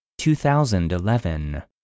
2011